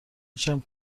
میشم